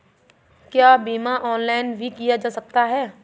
क्या बीमा ऑनलाइन भी किया जा सकता है?